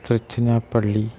Tiruchirappalli